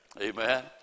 Amen